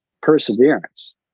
perseverance